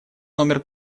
номер